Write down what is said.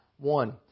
One